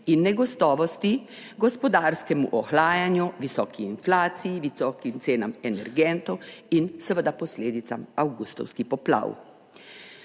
in negotovosti, gospodarskemu ohlajanju, visoki inflaciji, visokim cenam energentov in seveda posledicam avgustovskih poplav.